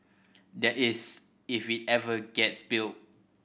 that is if it ever gets built